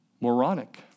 moronic